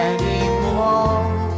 Anymore